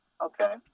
Okay